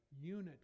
unit